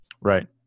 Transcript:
Right